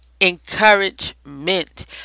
encouragement